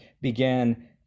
began